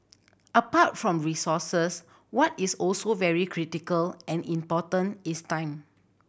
apart from resources what is also very critical and important is time